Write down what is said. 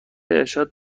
ارشاد